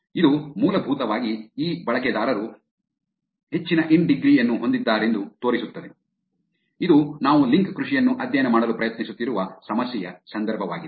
ಇದು ಮೂಲಭೂತವಾಗಿ ಈ ಬಳಕೆದಾರರು ಹೆಚ್ಚಿನ ಇನ್ ಡಿಗ್ರಿ ಯನ್ನು ಹೊಂದಿದ್ದಾರೆಂದು ತೋರಿಸುತ್ತದೆ ಇದು ನಾವು ಲಿಂಕ್ ಕೃಷಿಯನ್ನು ಅಧ್ಯಯನ ಮಾಡಲು ಪ್ರಯತ್ನಿಸುತ್ತಿರುವ ಸಮಸ್ಯೆಯ ಸಂದರ್ಭವಾಗಿದೆ